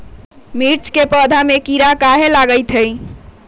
मिर्च के पौधा में किरा कहे लगतहै?